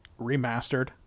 remastered